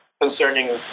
concerning